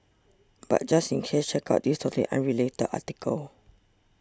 but just in case check out this totally unrelated article